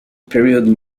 period